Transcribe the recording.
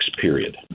period